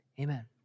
amen